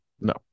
no